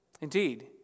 Indeed